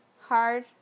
hard